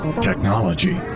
technology